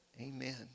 Amen